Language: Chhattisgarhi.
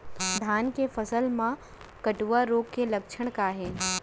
धान के फसल मा कटुआ रोग के लक्षण का हे?